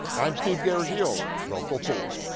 um steve garagiola, local four.